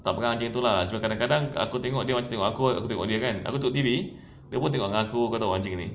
tak pegang anjing tu lah cuma kadang-kadang aku tengok dia macam tengok aku aku tengok dia kan aku tengok T_V dia pun tengok aku [tau] anjing ni